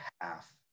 half